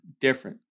different